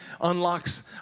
unlocks